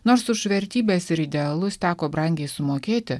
nors už vertybes ir idealus teko brangiai sumokėti